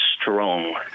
strong